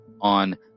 on